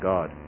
God